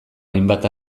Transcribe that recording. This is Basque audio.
hainbat